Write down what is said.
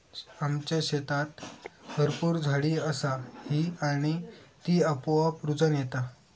आमच्या शेतीत भरपूर झाडी असा ही आणि ती आपोआप रुजान येता